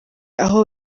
aho